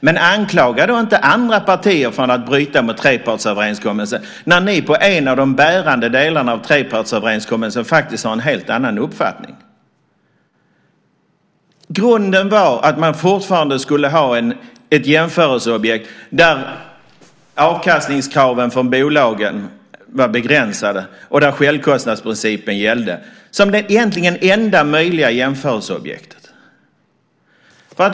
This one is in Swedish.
Men anklaga inte andra partier för att bryta mot trepartsöverenskommelsen när ni i en av de bärande delarna av trepartsöverenskommelsen faktiskt har en helt annan uppfattning! Grunden var att man fortfarande skulle ha ett jämförelseobjekt där avkastningskraven från bolagen var begränsade och där självkostnadsprincipen gällde som det egentligen enda möjliga jämförelseobjektet.